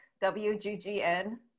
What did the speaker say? WGGN